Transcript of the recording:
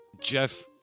Jeff